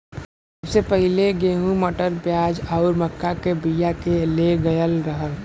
सबसे पहिले गेंहू, मटर, प्याज आउर मक्का के बिया के ले गयल रहल